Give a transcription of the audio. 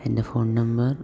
എൻ്റെ phone number